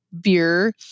beer